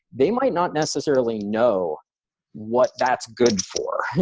they might not necessarily know what that's good for,